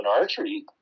archery